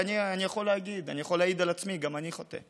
ואני יכול להגיד ולהעיד על עצמי: גם אני חוטא.